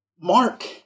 Mark